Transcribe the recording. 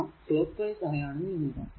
നാം clockwise ആയാണ് നീങ്ങുക